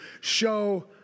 show